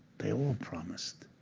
they all promised.